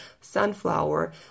sunflower